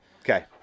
Okay